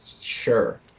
sure